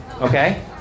okay